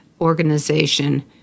organization